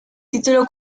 título